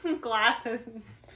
glasses